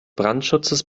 brandschutzes